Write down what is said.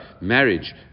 marriage